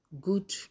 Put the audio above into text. good